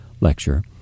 lecture